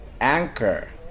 Anchor